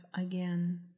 again